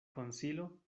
konsilo